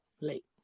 late